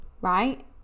right